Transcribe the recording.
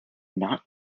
knock